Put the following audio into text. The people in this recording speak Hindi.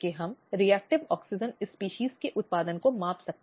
और फिर अदालतें हैं